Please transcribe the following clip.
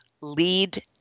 LEAD